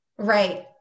Right